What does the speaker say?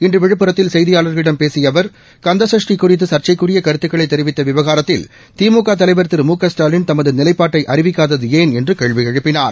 இன்று விழுப்புரத்தில் செய்தியாளா்களிடம் பேசிய அவா் கந்தசஷ்டி குறித்து சள்சைக்குரிய கருத்துக்களை தெரிவித்த விவகாரத்தில் திமுக தலைவர் திரு மு க ஸ்டாலின் தமது நிலைப்பாட்டை அறிவிக்காதது ஏன் என்று கேள்வி எழுப்பினார்